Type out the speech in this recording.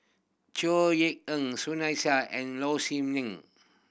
Chor Yeok Eng Sunny Sia and Low Siew Nghee